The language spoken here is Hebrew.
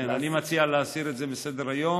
אני מציע להסיר את זה מסדר-היום.